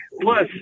Plus